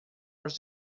was